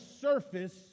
surface